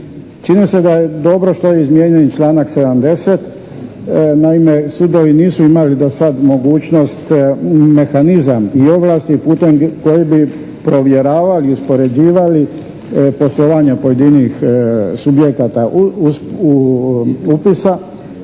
Čini se da je dobro što je izmjenjeni članak 70. Naime, sudovi nisu imali dosad mogućnost mehanizam i ovlasti putem koje bi provjeravali i uspoređivali poslovanja pojedinih subjekata upisa